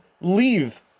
leave